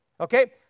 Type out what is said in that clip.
Okay